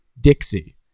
Dixie